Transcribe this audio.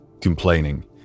complaining